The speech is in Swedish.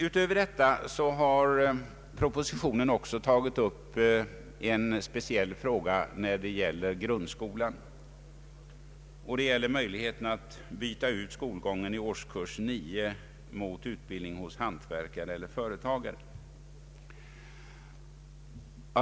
Utöver detta har propositionen tagit upp en speciell fråga när det gäller grundskolan, nämligen möjligheten att byta ut skolgången i årskurs 9 mot utbildning hos hantverkare eller företagare.